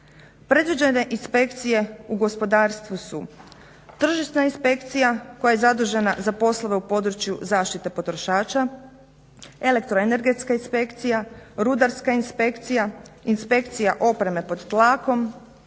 Predviđene inspekcije u gospodarstvu su tržišna inspekcija koja je zadužena za poslove u području zaštite potrošača elektroenergetska inspekcija, rudarska inspekcija, inspekcija opreme pod tlakom